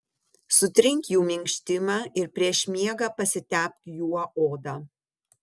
sutrink jų minkštimą ir prieš miegą pasitepk juo odą